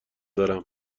دارم